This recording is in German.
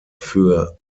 für